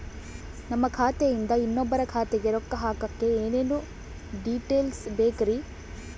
ನಮ್ಮ ಖಾತೆಯಿಂದ ಇನ್ನೊಬ್ಬರ ಖಾತೆಗೆ ರೊಕ್ಕ ಹಾಕಕ್ಕೆ ಏನೇನು ಡೇಟೇಲ್ಸ್ ಬೇಕರಿ?